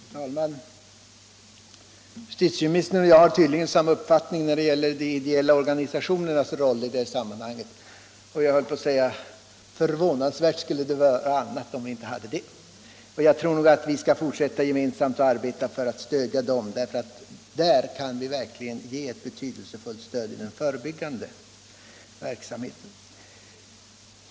Herr talman! Justitieministern och jag har tydligen samma uppfattning när det gäller de ideella organisationernas roll i detta sammanhang, och förvånansvärt skulle det vara om vi inte hade det. Jag tror nog att vi gemensamt skall fortsätta att arbeta för att stödja dem, eftersom vi då verkligen kan ge ett betydelsefullt bidrag till den förebyggande verksamheten.